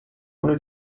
ohne